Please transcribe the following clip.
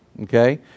Okay